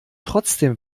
trotzdem